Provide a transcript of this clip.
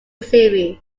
series